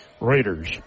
Raiders